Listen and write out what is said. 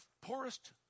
poorest